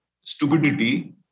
stupidity